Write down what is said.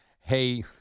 hey